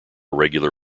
regular